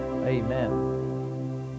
amen